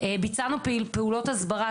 ביצענו פעולות הסברה,